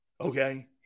okay